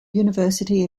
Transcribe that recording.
university